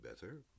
better